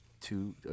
two